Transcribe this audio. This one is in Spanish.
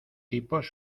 tipos